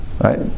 Right